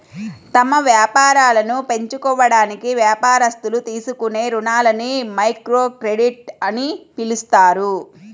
తమ వ్యాపారాలను పెంచుకోవడానికి వ్యాపారస్తులు తీసుకునే రుణాలని మైక్రోక్రెడిట్ అని పిలుస్తారు